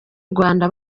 rwanda